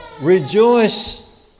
rejoice